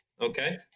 Okay